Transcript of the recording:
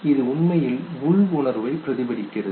இது உண்மையில் உள் உணர்வை பிரதிபலிக்கிறது